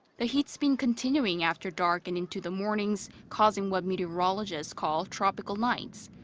the heat's been continuing after dark and into the mornings, causing what meteorologists call tropical nights.